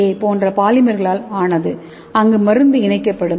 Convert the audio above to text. ஏ போன்ற பாலிமர்களால் ஆனது அங்கு மருந்து இணைக்கப்படும்